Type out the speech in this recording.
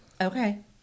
Okay